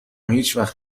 هیچوقت